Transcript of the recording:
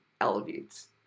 elevates